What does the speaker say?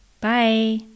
Bye